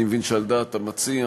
אני מבין שעל דעת המציע,